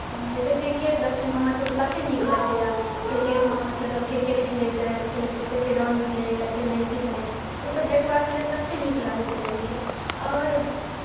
जैसे क्रिकेट देखैमे हमरासभके कतेक नीक लगैए क्रिकेटमे मतलब सभ क्रिकेट खेलै छै कतेक रन भेलै कतेक नहि अथि भेलै ओसभ देखबाक लेल कतेक नीक लागैत रहै छै आओर